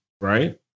right